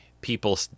people